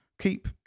keep